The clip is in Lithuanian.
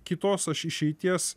kitos aš išeities